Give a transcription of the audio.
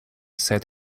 said